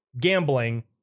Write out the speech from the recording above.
gambling